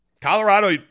Colorado